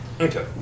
Okay